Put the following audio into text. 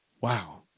Wow